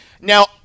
Now